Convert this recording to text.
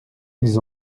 ils